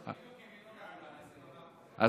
ינון אזולאי, אני בדיוק עם ינון אזולאי בסלולרי.